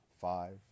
five